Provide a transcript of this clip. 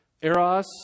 Eros